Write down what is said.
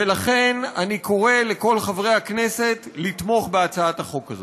ולכן אני קורא לכל חברי הכנסת לתמוך בהצעת החוק הזאת.